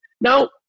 Now